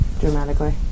dramatically